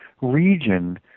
region